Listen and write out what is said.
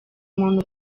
umuntu